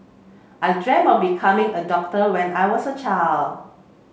I dream of becoming a doctor when I was a child